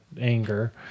anger